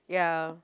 ya